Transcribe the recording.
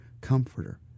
comforter